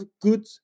good